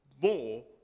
more